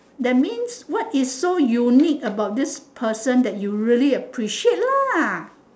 that means what is so unique about this person that you really appreciate lah